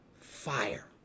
fire